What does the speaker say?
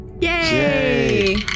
Yay